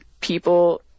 people